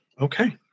okay